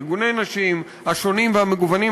ארגוני נשים שונים ומגוונים,